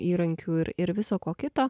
įrankių ir ir viso ko kito